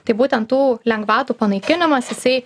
tai būtent tų lengvatų panaikinimas jisai